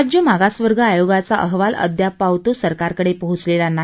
राज्य मागासवर्ग आयोगाचा अहवाल अद्याप पावेतो सरकारकडे पोहचलेला नाही